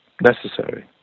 necessary